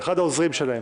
אחד העוזרים שלהם.